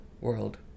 world